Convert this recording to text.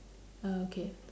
oh okay